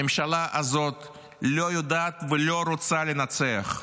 הממשלה הזאת לא יודעת ולא רוצה לנצח.